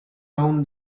down